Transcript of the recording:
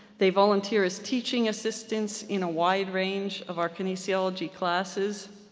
they volunteer as teaching assistants in a wide range of our kinesiology classes.